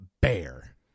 Bear